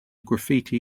graffiti